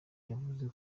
yavuze